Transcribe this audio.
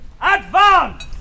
advance